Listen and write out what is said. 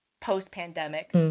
post-pandemic